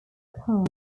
khan